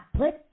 put